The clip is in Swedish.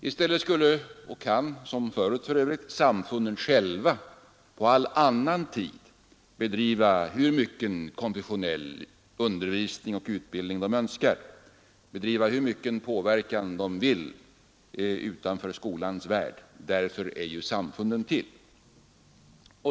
I stället skulle — och kan som förut, för övrigt — samfunden själva på all annan tid bedriva hur mycken konfessionell undervisning och utbildning de önskar, utöva hur mycken påverkan de vill, utanför skolans värld. Därför är ju samfunden till.